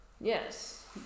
Yes